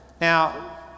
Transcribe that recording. Now